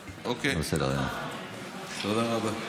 טוב, אוקיי, תודה רבה.